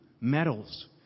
medals